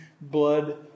blood